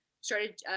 started